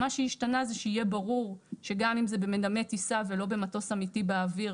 מה שהשתנה זה שיהיה ברור שגם אם זה במדמה טיסה ולא במטוס אמיתי באוויר,